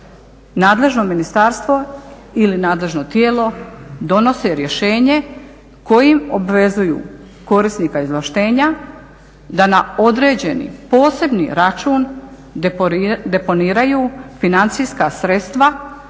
nadležno ministarstvo ili nadležno tijelo donosi rješenje kojim obvezuju korisnika izvlaštenja da na određeni, posebni račun deponiraju financijska sredstva